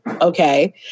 okay